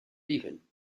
dieven